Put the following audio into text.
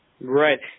Right